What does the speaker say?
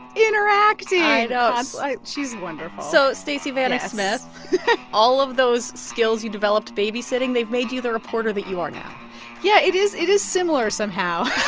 interacting i know she's wonderful so, stacey vanek smith. yes all of those skills you developed babysitting, they've made you the reporter that you are now yeah, it is it is similar somehow